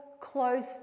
close